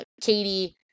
Katie